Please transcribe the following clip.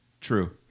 True